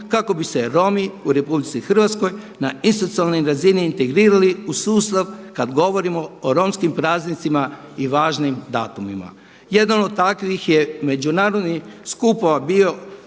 kako bi se Romi u RH na institucionalnoj razini integrirali u sustav kada govorimo o romskim praznicima i važnim datumima. Jedan od takvih je međunarodnih skupova bio,